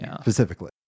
specifically